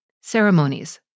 ceremonies